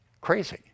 crazy